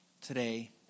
today